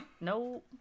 No